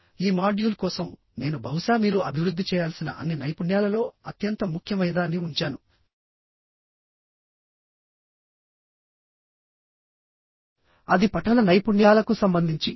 ఈ మాడ్యూల్ కోసం నేను బహుశా మీరు అభివృద్ధి చేయాల్సిన అన్ని నైపుణ్యాలలో అత్యంత ముఖ్యమైనదాన్ని ఉంచాను అది పఠన నైపుణ్యాలకు సంబంధించి